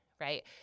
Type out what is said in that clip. right